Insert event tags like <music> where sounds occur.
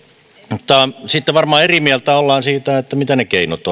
mutta sitten varmaan eri mieltä ollaan siitä mitä ne keinot <unintelligible>